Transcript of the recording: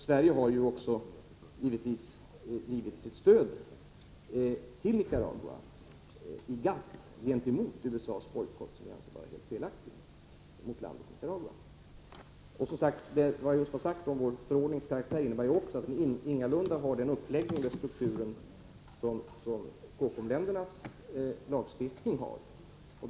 Sverige har ju också givit sitt stöd till Nicaragua i GATT gentemot USA:s bojkott mot landet, som vi anser vara helt felaktig. Vad jag just har sagt om vår förordnings karaktär innebär också att den ingalunda har den uppläggning eller den struktur som Cocom-ländernas lagstiftning har.